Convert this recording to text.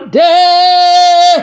day